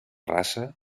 raça